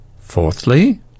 Fourthly